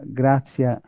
grazia